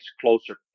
closer